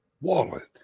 wallet